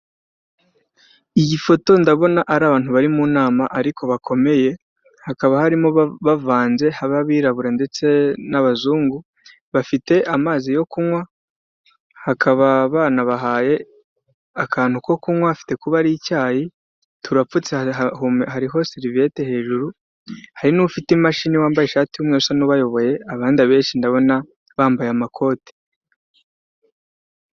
Iyi foto ndabona ari abantu bari mu nama ariko bakomeye, hakaba harimo bavanze haba abirabura, ndetse n'abazungu, bafite amazi yo kunywa, hakaba banabahaye akantu ko kunywa, afite kuba ari icyayi, turapfutse hariho seriviyete hejuru, hari n'ufite imashini, wambaye ishati y'umweru usa n'ubayoboye, abandi abenshi ndabona bambaye amakoti.